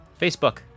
Facebook